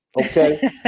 okay